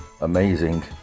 amazing